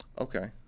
okay